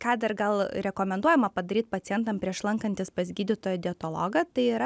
ką dar gal rekomenduojama padaryt pacientam prieš lankantis pas gydytoją dietologą tai yra